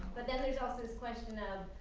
but then there's also this question of,